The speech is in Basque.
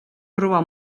proba